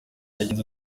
yagize